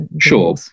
Sure